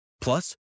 Plus